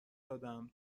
دادم